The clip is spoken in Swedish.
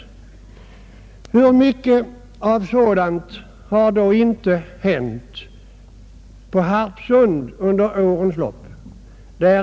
Vid hur många tillfällen har inte sådant förekommit på Harpsund under årens lopp?